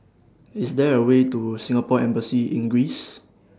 IS There A Way to Singapore Embassy in Greece